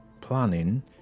planning